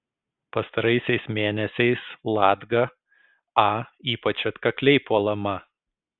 pastaraisiais mėnesiais latga a ypač atkakliai puolama